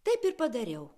taip ir padariau